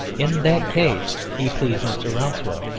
in that case he pleased mr. rouncewell,